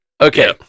Okay